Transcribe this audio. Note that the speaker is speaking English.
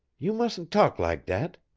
you mustn't talk lak' dat.